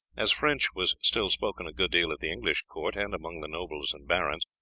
as french was still spoken a good deal at the english court and among the nobles and barons,